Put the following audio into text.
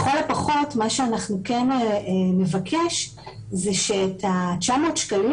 לכל הפחות מה שאנחנו כן נבקש זה שאת ה-900 שקלים